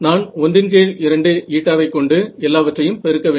நான் 12η ஐ கொண்டு எல்லாவற்றையும் பெருக்க வேண்டும்